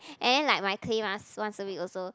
and then like my clay mask once a week also